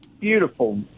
beautiful